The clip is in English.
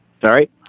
Sorry